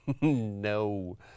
No